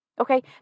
Okay